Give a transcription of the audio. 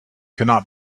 cannot